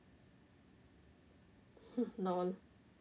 hmm lol